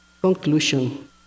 Conclusion